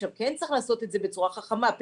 כן צריך לעשות את זה בצורה חכמה,